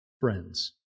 friends